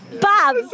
Bob